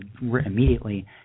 immediately